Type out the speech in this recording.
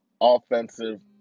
offensive